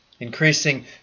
increasing